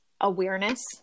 awareness